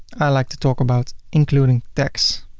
i like to talk about including tax.